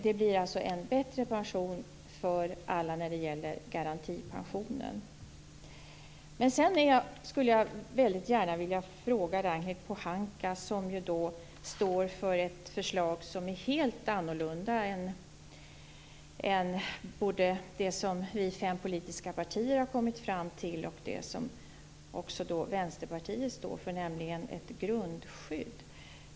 Det blir alltså en bättre pension för alla när det gäller garantipensionen. Ragnhild Pohanka står ju för ett förslag som är helt annorlunda än både det som vi fem politiska partier har kommit fram till och det som Vänsterpartiet står för, nämligen ett grundskydd.